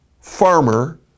farmer